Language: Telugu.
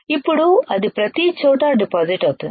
ఇప్పుడు అది ప్రతిచోటా డిపాజిట్ అవుతుంది